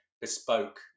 bespoke